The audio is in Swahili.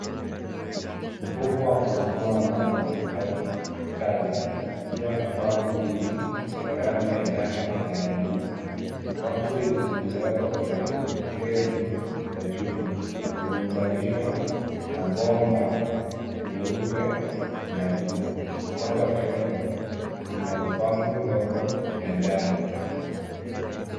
Mfumo wa kusukuma maji au ikiwa na pampu mbili ya rangi ya njano na ya blue . Pampu hizi zimeweka kwenye fremu za chuma na zimeunganishwa na bomba nyeupe na ya blue . Upande wa kushoto kuna pampu ndogo ya njano.